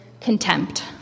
contempt